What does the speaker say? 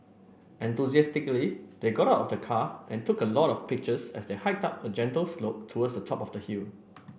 enthusiastically they got out of the car and took a lot of pictures as they hiked up a gentle slope towards the top of the hill